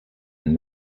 and